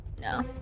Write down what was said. No